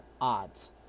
odds